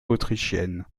autrichienne